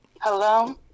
Hello